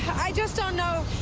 i just don't know